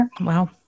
Wow